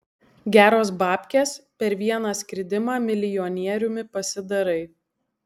geros babkės per vieną skridimą milijonieriumi pasidarai